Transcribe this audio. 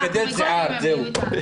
נגדל שיער, זהו.